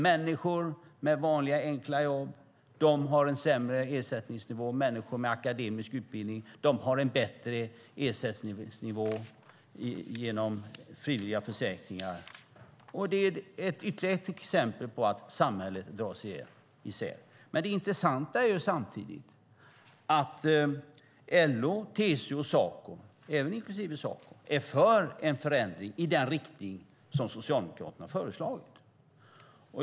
Människor med vanliga, enkla jobb har en lägre ersättningsnivå än de med akademisk utbildning, som har en högre ersättningsnivå genom frivilliga försäkringar. Det är ytterligare ett exempel på att samhället dras isär. Det intressanta är samtidigt att LO, TCO och Saco, alltså även Saco, är för en förändring i den riktning som Socialdemokraterna föreslagit.